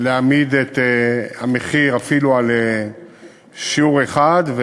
שהציעה להעמיד את המחיר אפילו על מחיר שיעור אחד,